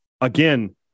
again